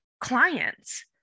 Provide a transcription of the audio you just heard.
clients